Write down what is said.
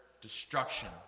destruction